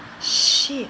shit